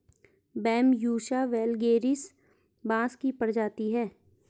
Bambusa vulgaris बाँस की प्रजाति है